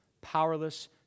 powerless